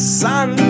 sun